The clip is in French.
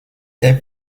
est